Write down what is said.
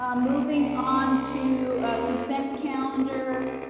um moving on to consent calendar,